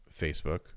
Facebook